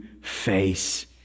face